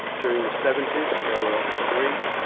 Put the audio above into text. during the seventies there were ah three,